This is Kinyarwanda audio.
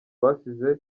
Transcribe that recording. basize